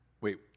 wait